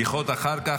בדיחות אחר כך.